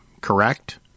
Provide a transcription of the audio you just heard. correct